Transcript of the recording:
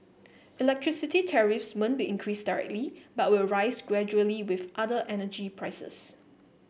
electricity tariffs won't be increased directly but will rise gradually with other energy prices